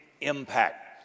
Impact